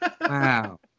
Wow